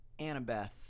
Annabeth